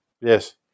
Yes